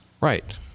right